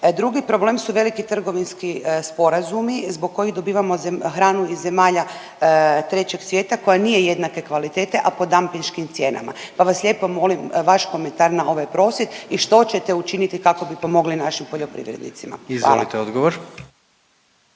Drugi problem su veliki trgovinski sporazumi zbog kojih dobivamo hranu iz zemalja trećeg svijeta koja nije jednake kvalitete, a po dampinškim cijenama, pa vas lijepo molim vaš komentar na ovaj prosvjed i što ćete učiniti kako bi pomogli našim poljoprivrednicima. Hvala.